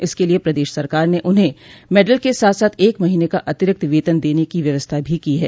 इसके लिये प्रदेश सरकार ने उन्हें मेडल के साथ साथ एक महीने का अतिरिक्त वेतन देने की व्यवस्था भी की है